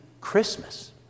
Christmas